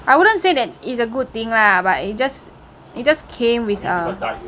I wouldn't say that it's a good thing lah but it just it just came with a